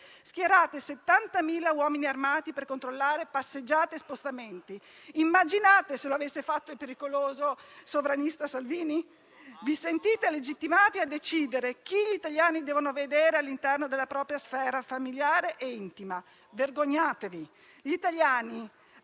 schierate 70.000 uomini armati per controllare passeggiate e spostamenti. Immaginate se lo avesse fatto il pericoloso sovranista Salvini? Vi sentite legittimati a decidere chi gli Italiani devono vedere all'interno della propria sfera familiare e intima. Vergognatevi! Gli italiani